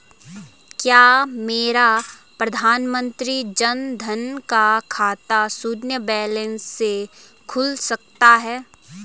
क्या मेरा प्रधानमंत्री जन धन का खाता शून्य बैलेंस से खुल सकता है?